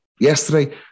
yesterday